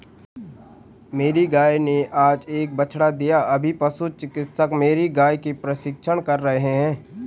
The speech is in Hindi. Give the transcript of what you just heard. मेरी गाय ने आज एक बछड़ा दिया अभी पशु चिकित्सक मेरी गाय की परीक्षण कर रहे हैं